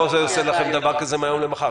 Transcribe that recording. לא אעשה לכם דבר כזה מהיום למחר.